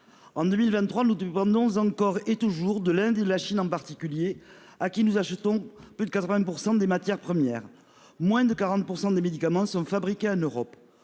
en 2023 nous d'une bande non encore et toujours de l'Inde et la Chine en particulier, à qui nous achetons plus de 80% des matières premières, moins de 40% des médicaments sont fabriqués en Europe.